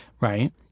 right